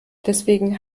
deswegen